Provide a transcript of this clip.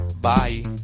Bye